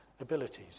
abilities